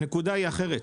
הנקודה היא אחרת: